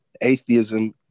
Atheism